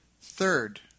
third